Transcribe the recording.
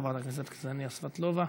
חברת הכנסת קסניה סבטלובה,